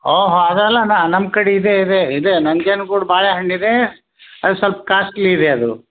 ಓ ಹಾಂ ಅದೆಲ್ಲ ನಮ್ಮ ಕಡೆ ಇದೆ ಇದೆ ಇದೆ ನಂಜನ ಗೂಡು ಬಾಳೆ ಹಣ್ಣಿದೆ ಅದು ಸ್ವಲ್ಪ ಕಾಸ್ಟ್ಲಿ ಇದೆ ಅದು